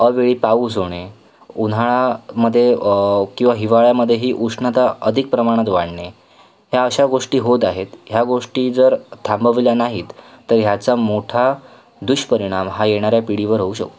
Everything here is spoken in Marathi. अवेळी पाऊस होणे उन्हाळ्यामध्ये किंवा हिवाळ्यामध्येही उष्णता अधिक प्रमाणात वाढणे ह्या अशा गोष्टी होत आहेत ह्या गोष्टी जर थांबवल्या नाहीत तर ह्याचा मोठा दुष्परिणाम हा येणाऱ्या पिढीवर होऊ शकतो